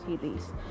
series